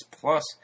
plus